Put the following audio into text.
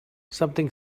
something